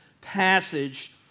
passage